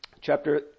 chapter